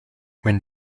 when